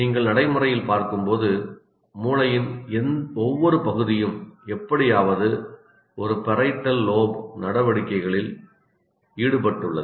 நீங்கள் நடைமுறையில் பார்க்கும்போது மூளையின் ஒவ்வொரு பகுதியும் எப்படியாவது ஒரு பாரிட்டல் லோப் நடவடிக்கைகளில் ஈடுபட்டுள்ளது